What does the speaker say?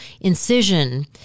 incision